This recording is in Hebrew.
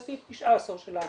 סעיף 19 של האמנה,